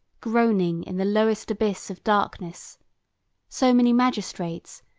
groaning in the lowest abyss of darkness so many magistrates,